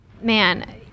Man